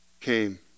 came